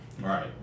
right